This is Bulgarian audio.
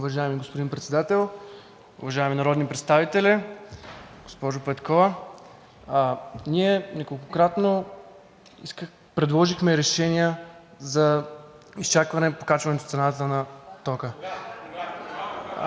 Уважаеми господин Председател, уважаеми народни представители! Госпожо Петкова, ние неколкократно предложихме решения за изчакване с покачването цената на тока